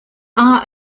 are